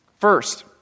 First